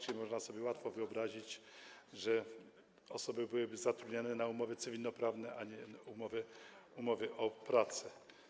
Czyli można sobie łatwo wyobrazić, że osoby byłyby zatrudniane na umowach cywilnoprawnych, a nie umowach o pracę.